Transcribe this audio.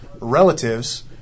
relatives